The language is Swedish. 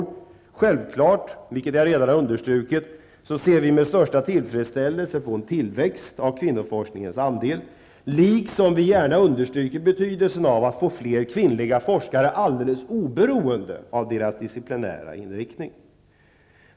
Vi ser självfallet -- vilket jag redan har understrukit -- med största tillfredsställelse på en tillväxt av kvinnoforskningens andel, liksom vi gärna understryker betydelsen av att få fler kvinnliga forskare, alldeles oberoende av deras diciplinära inriktning.